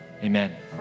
Amen